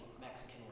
Mexican